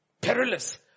Perilous